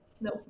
No